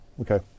Okay